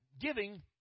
giving